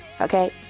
Okay